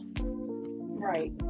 Right